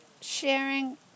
sharing